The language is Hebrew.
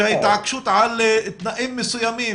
שההתעקשות על תנאים מסוימים,